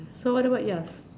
so what about ya